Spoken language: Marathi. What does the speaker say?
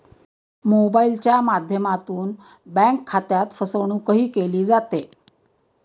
मोबाइलच्या माध्यमातून बँक खात्यात फसवणूकही केली जाते